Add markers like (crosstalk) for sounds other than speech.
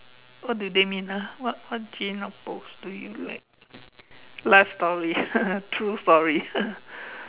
what do they mean ah what what gene of books do you like life story (laughs) true story (laughs)